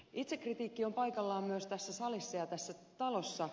itsekritiikki on paikallaan myös tässä salissa ja tässä talossa